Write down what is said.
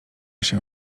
się